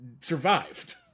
survived